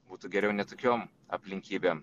būtų geriau ne tokiom aplinkybėm